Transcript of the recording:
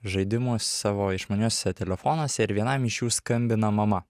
žaidimus savo išmaniuosiuose telefonuose ir vienam iš jų skambina mama